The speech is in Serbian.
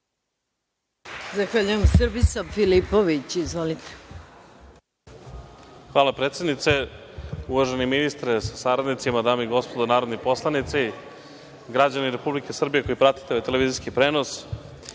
Hvala, predsednice. Uvaženi ministre sa saradnicima, dame i gospodo narodni poslanici, građani Republike Srbije koji pratite ovaj televizijski prenos,